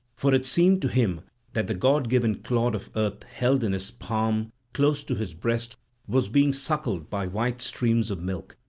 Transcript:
for it seemed to him that the god-given clod of earth held in his palm close to his breast was being suckled by white streams of milk,